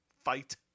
Fight